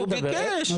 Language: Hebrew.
הוא ביקש.